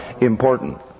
important